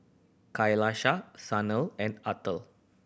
Kailash Sanal and Atal